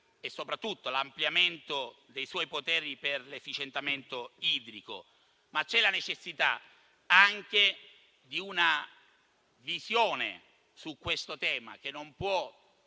e soprattutto l'ampliamento dei suoi poteri per l'efficientamento idrico. C'è anche la necessità, però, di una visione su questo tema, che non può